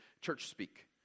church-speak